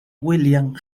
william